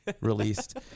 released